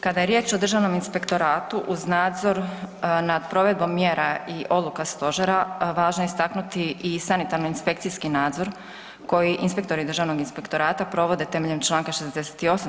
Kada je riječ o državnom inspektoratu uz nadzor nad provedbom mjera i odluka stožera važno je istaknuti i sanitarni inspekcijski nadzor koji inspektori državnog inspektorata provode temeljem čl. 68.